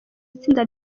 itsinda